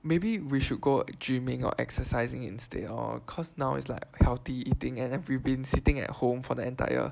maybe we should go gym-ing or exercising instead lor cause now is like healthy eating and we have been sitting at home for the entire